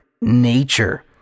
nature